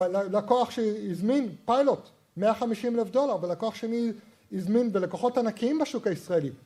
לקוח שהזמין פיילוט 150 אלף דולר ולקוח שני הזמין ולקוחות ענקיים בשוק הישראלי